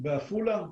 בעפולה?